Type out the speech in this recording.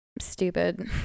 stupid